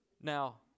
now